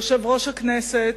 יושב-ראש הכנסת,